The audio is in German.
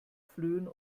flöhen